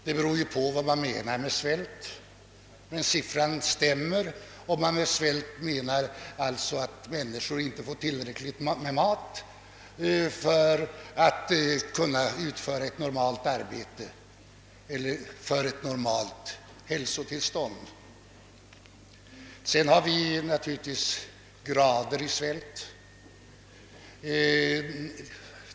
Det beror på vad man menar med svält, men siffran stämmer om man med svält menar att människor inte får tillräckligt med mat för ett normalt hälsotillstånd eller för att kunna utföra ett normalt arbete. Sedan finns det naturligtvis olika grader av svält.